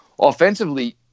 offensively